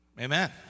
Amen